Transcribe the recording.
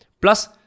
Plus